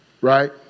Right